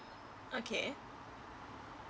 okay